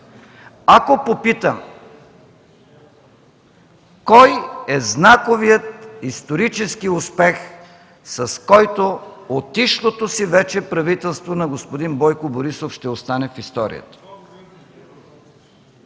Ако попитам, кой е знаковият исторически успех, с който отишлото си вече правителство на господин Бойко Борисов ще остане в историята?